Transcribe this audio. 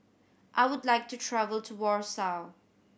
I would like to travel to Warsaw